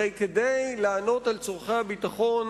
הרי כדי לענות על צורכי הביטחון,